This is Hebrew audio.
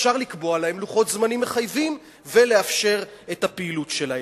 אפשר לקבוע להן לוחות זמנים מחייבים ולאפשר את הפעילות שלהן.